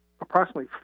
approximately